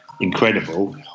incredible